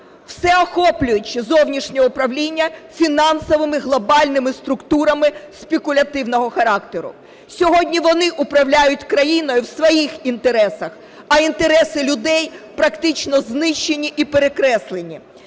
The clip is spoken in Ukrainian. всеохоплюючому зовнішньому управлінню фінансовими глобальними структурами спекулятивного характеру. Сьогодні вони управляють країною в своїх інтересах, а інтереси людей практично знищені і перекреслені.